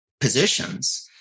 positions